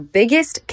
biggest